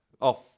off